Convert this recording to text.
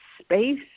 space